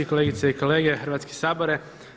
Kolegice i kolege, Hrvatski sabore.